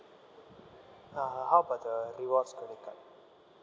uh how about the rewards credit card